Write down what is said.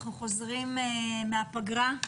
אנחנו חוזרים מהפגרה,